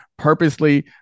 purposely